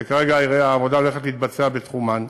שכרגע העבודה הולכת להתבצע בתחומן,